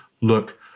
Look